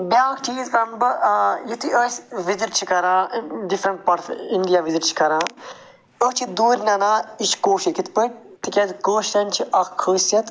بیاکھ چیٖز وَنہٕ بہٕ یُتھٕے أسۍ وِزِٹ چھِ کران اِنٛڈِیا وِزِٹ چھِ کران أسۍ چھِ دوٗرِ نَنان یہِ چھِ کٲشُر کِتھ پٲٹھۍ تِکیٛازِ کٲشِریٚن چھِ اَکھ خٲصیت